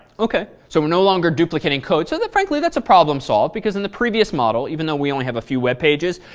ok. so we're no longer duplicating codes, so then frankly that's a problem solved because in the previous model, even though, we only have a web pages,